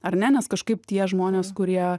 ar ne nes kažkaip tie žmonės kurie